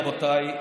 רבותיי,